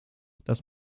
dass